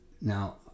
Now